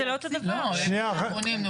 לא, איזה ארגונים, נו באמת.